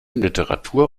literatur